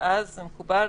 ואז זה מקובל,